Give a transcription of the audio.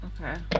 okay